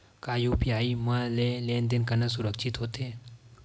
का यू.पी.आई म लेन देन करना सुरक्षित होथे?